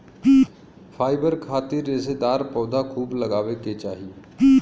fibre खातिर रेशेदार पौधा खूब लगावे के चाही